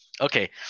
Okay